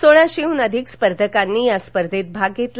सोळाशेहून अधिक स्पर्धकांनी या स्पर्धेत भाग घेतला